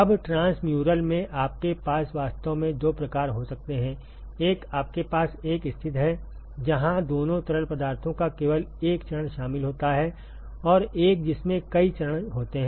अब ट्रांसम्यूरल में आपके पास वास्तव में दो प्रकार हो सकते हैं एक आपके पास एक स्थिति है जहां दोनों तरल पदार्थों का केवल एक चरण शामिल होता है और एक जिसमें कई चरण होते हैं